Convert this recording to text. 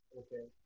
okay